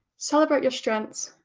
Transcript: celebrate your strengths,